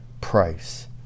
price